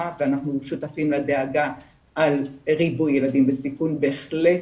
ואנחנו שותפים לדאגה על ריבוי ילדים בסיכון בהחלט,